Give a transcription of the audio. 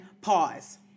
Pause